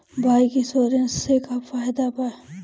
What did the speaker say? Bike insurance से का फायदा बा?